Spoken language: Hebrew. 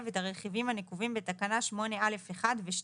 את הרכיבים הנקובים בתקנה 8א(1) ו-(2).